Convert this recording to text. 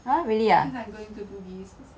!huh! really ah